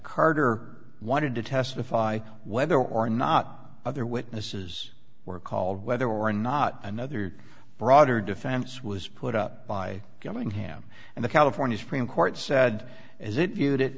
carter wanted to testify whether or not other witnesses were called whether or not another broader defense was put up by giving him and the california supreme court said is it you